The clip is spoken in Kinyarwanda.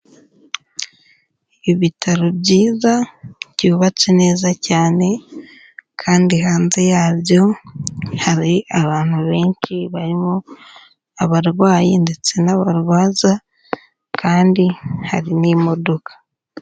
Ibitaro byiza byubatse neza cyane kandi hanze yabyo hari abantu benshi barimo abarwayi ndetse n'abarwaza kandi hari n'imodoka.